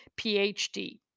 PhD